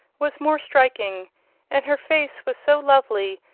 was more striking and her face was so lovely,